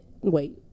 wait